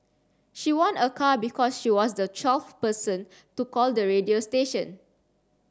she won a car because she was the twelfth person to call the radio station